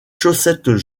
chaussettes